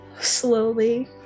Slowly